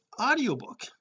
audiobook